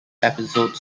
episode